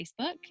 Facebook